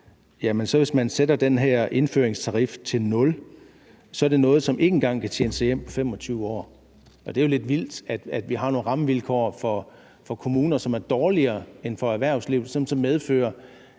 hvis man sætter den her indføringstarif til nul, så er det noget, som ikke engang kan tjene sig hjem på 25 år. Og det er jo lidt vildt, at vi har nogle rammevilkår for kommunerne, som er dårligere end for erhvervslivet, hvilket medfører,